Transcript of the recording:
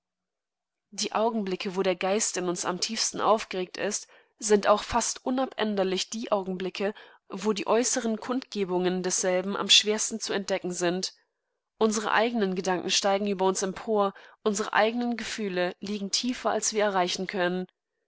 die augenblicke wo der geist in uns am tiefsten aufgeregt ist sind auch fast unabänderlich die augenblicke wo die äußeren kundgebungen desselben am schwerstenzuentdeckensind unsereeigenengedankensteigenüberunsempor unsere eigenen gefühle liegen tiefer als wir reichen können